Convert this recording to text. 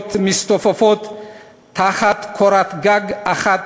הצעירות מצטופפות תחת קורת-גג אחת